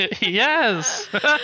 yes